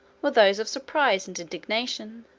were those of surprise and indignation,